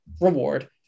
reward